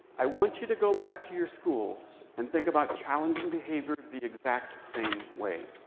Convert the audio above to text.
i want you to go back to your schools and think about challenging behavior the exact same way.